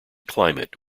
climate